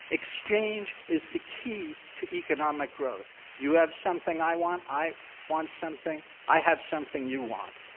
exchange is the key to economic growth. you have something i want, i want something i have something you want.